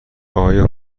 آیا